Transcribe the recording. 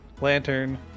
Lantern